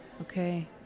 Okay